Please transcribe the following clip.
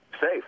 safe